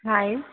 hi